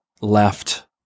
left